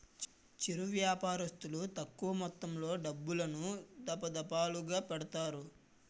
చిరు వ్యాపారస్తులు తక్కువ మొత్తంలో డబ్బులను, దఫాదఫాలుగా పెడతారు